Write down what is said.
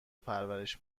پرورش